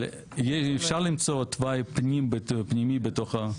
אבל אפשר למצוא תוואי פנימי בתוך.